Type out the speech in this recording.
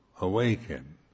awaken